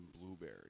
blueberry